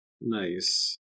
nice